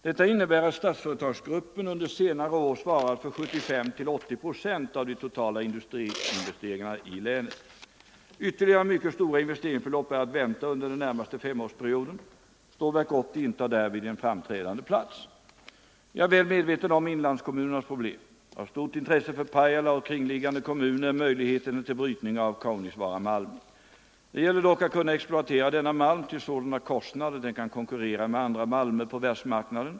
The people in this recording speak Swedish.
Detta innebär att Statsföretagsgruppen under senare år svarat för 75-80 procent av de totala industriinvesteringarna i länet. Ytterligare mycket stora investeringsbelopp är att vänta under den närmaste femårsperioden. Stålverk 80 intar därvid en framträdande plats. Jag är väl medveten om inlandskommunernas problem. Av stort intresse för Pajala och kringliggande kommuner är möjligheterna till brytning av Kaunisvaaramalmen. Det gäller dock att kunna exploatera denna malm till sådana kostnader att den kan konkurrera med andra malmer på världsmarknaden.